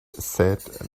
said